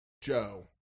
Joe